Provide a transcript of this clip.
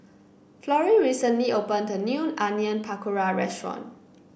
Florrie recently opened a new Onion Pakora restaurant